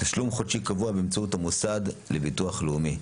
תשלום חודשי קבוע באמצעות המוסד לביטוח לאומי.